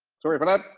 sorry but about